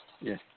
Yes